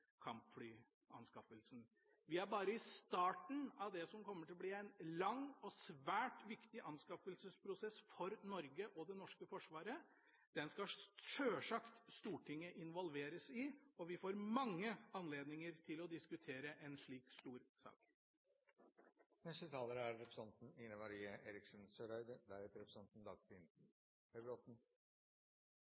kampflyanskaffelsen. Vi er bare i starten av det som kommer til å bli en lang og svært viktig anskaffelsesprosess for Norge og det norske forsvaret. Den skal sjølsagt Stortinget involveres i, og vi får mange anledninger til å diskutere en slik stor sak. Det er